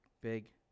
big